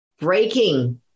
breaking